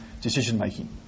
decision-making